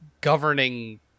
governing